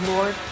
Lord